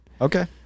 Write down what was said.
Okay